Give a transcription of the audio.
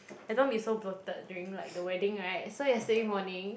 I don't want to be so bloated during like the wedding right so yesterday morning